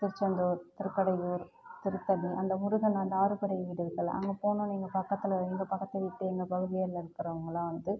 திருச்செந்தூர் திருக்கடையூர் திருத்தணி அந்த முருகன் அந்த ஆறுபடை வீடுகள் அங்கே போகணுன்னு இங்கே பக்கத்தில் எங்கள் பக்கத்து வீட்டு எங்கள் பகுதிகள்ல இருக்கிறவங்கள்லாம் வந்து